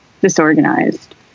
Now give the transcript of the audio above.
disorganized